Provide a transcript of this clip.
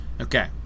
Okay